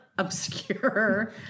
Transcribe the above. Obscure